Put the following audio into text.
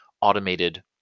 automated